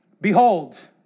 Behold